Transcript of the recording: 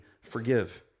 forgive